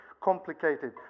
complicated